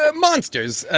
ah monsters,